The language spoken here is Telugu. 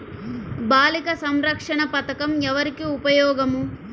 బాలిక సంరక్షణ పథకం ఎవరికి ఉపయోగము?